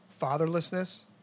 fatherlessness